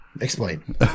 explain